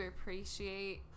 appreciate